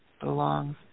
belongs